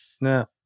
No